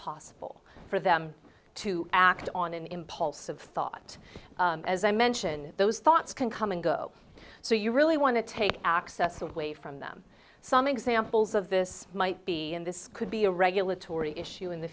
possible for them to act on an impulse of thought as i mention those thoughts can come and go so you really want to take access away from them some examples of this might be and this could be a regulatory issue in the